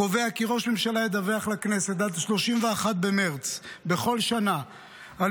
קובע כי ראש ממשלה ידווח לכנסת עד 31 במרץ בכל שנה על